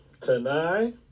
Tonight